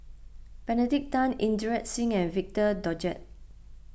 Benedict Tan Inderjit Singh and Victor Doggett